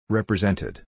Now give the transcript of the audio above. Represented